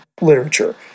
literature